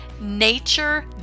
nature